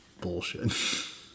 bullshit